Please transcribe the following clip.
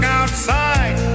outside